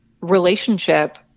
relationship